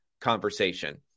conversation